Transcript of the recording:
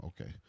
okay